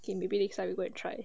okay maybe next time we go and try